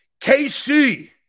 KC